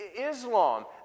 Islam